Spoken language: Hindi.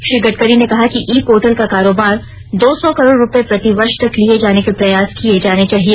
श्री गडकरी ने कहा कि ई पोर्टल का कारोबार दो सौ करोड़ रुपये प्रतिवर्ष तक लिये जाने के प्रयास किये जाने चाहिए